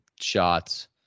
shots